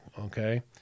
okay